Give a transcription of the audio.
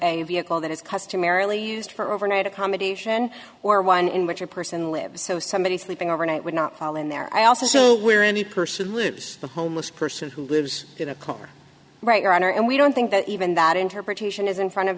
a vehicle that is customarily used for overnight accommodation or one in which a person lives so somebody sleeping overnight would not call in there i also say we're any person lose the homeless person who lives in a car right your honor and we don't think that even that interpretation is in front of